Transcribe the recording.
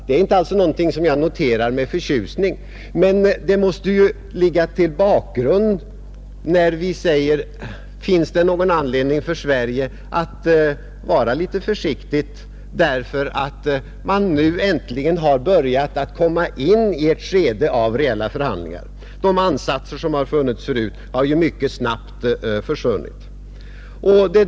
Det är inte någonting som vi noterar med förtjusning. Men det måste ju ligga som bakgrund när vi frågar om det finns någon anledning för Sverige att vara litet försiktigt därför att man nu äntligen har börjat komma in i ett skede av reella förhandlingar. De ansatser till förhandlingar som funnits förut har ju mycket snabbt försvunnit.